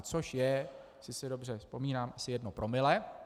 Což je, jestli si dobře vzpomínám, asi jedno promile.